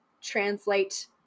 translate